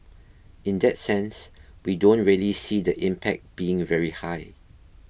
in that sense we don't really see the impact being very high